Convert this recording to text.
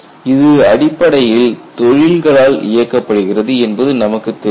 இது அடிப்படையில் தொழில்களால் இயக்கப்படுகிறது என்பது நமக்கு தெரியும்